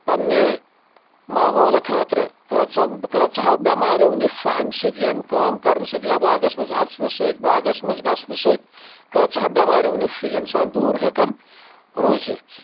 پننہِ ماحولہٕ خٲطرٕ کۭژاہ کۭژہو بیماریٚو نِش چھُ امہِ سۭتۍ یہِ اَمہِ کٲم کرنہٕ سۭتۍ یا باغَس منٛز اَژنہٕ سۭتۍ باغَس منٛز گژھنہٕ سٕتۍ کۭژاہ بؠماریٚو نِش چھُ یہِ انسان دوٗر ہؠکَان روٗزِتھ